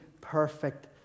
perfect